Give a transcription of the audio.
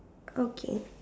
okay